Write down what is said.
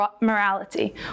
morality